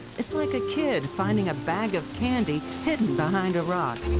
it's like a kid finding a bag of candy hidden behind a rock!